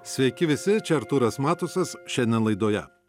sveiki visi čia artūras matusas šiandien laidoje